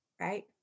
right